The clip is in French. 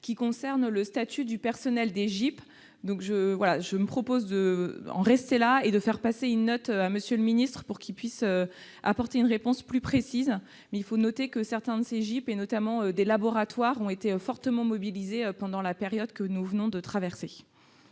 Il s'agit du statut du personnel des GIP. Je me propose d'en rester là et de faire passer une note à M. le ministre, afin que celui-ci puisse apporter une réponse précise. Il faut néanmoins noter que certains de ces GIP, notamment des laboratoires, ont été fortement mobilisés pendant la période que nous venons de traverser.